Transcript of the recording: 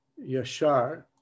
Yashar